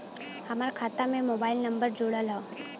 हमार खाता में मोबाइल नम्बर जुड़ल हो?